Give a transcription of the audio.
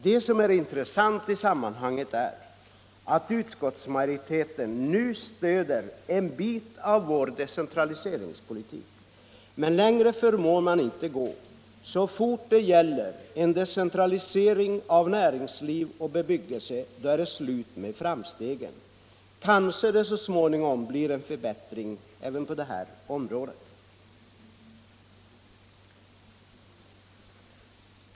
Det som är intressant i sammanhanget är att utskottsmajoriteten nu stöder en bit av vår decentraliseringspolitik. Men längre förmår man inte gå. Så fort det gäller en decentralisering av näringsliv och bebyggelse, då är det slut med framstegen. Kanske det så småningom blir en förbättring även på det området.